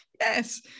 yes